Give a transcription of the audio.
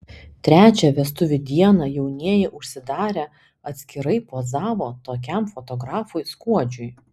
trečią vestuvių dieną jaunieji užsidarę atskirai pozavo tokiam fotografui skuodžiui